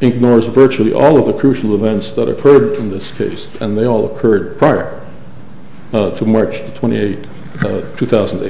ignore is virtually all of the crucial events that occurred in this case and they all occurred prior to march twenty eighth two thousand